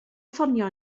ffonio